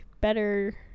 better